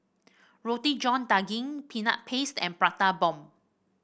Roti John Daging Peanut Paste and Prata Bomb